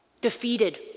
defeated